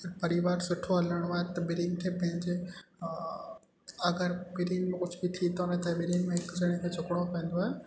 परिवार सुठो हलिणो आहे त ॿिन्हिनि खे पंहिंजे अगरि ॿिन्हिनि में कुझु बि थी थो वञे त ॿिन्हिनि में हिकु ॼणे खे झुकिणो पवंदो आहे